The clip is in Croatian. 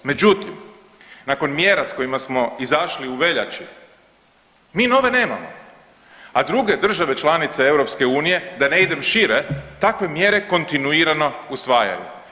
Međutim, nakon mjera s kojima smo izašli u veljači, mi nove nemamo, a druge države članice EU, da ne idem šire, takve mjere kontinuirano usvajaju.